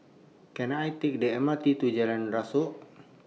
Can I Take The M R T to Jalan Rasok